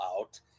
out